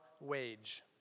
wage